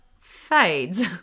fades